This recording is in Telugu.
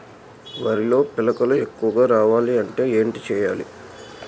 వరిలో పిలకలు ఎక్కువుగా రావాలి అంటే ఏంటి చేయాలి?